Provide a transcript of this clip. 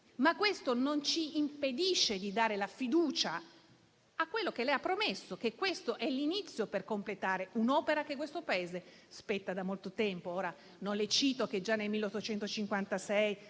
però, non ci impedisce di dare la fiducia a quello che lei ha promesso, cioè che questo è l'inizio del completamento di un'opera che questo Paese aspetta da molto tempo. Non le cito che già nel 1856